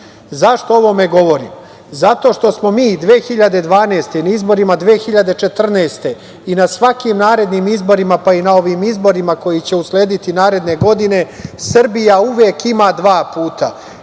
o ovome govorim? Zato što smo mi 2012. godine, na izborima 2014. godine i na svakim narednim izborima, pa i na ovim izborima koji će uslediti narodne godine, Srbija uvek ima dva puta,